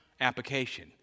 application